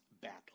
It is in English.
battle